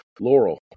Laurel